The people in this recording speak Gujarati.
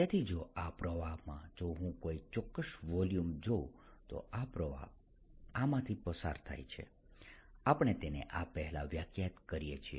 તેથી જો આ પ્રવાહમાં જો હું કોઈ ચોક્કસ વોલ્યુમ જોઉં તો આ પ્રવાહ આમાંથી પસાર થાય છે આપણે તેને આ પહેલા વ્યાખ્યાયિત કરીએ છીએ